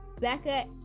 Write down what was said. Becca